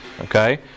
okay